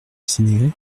cinieri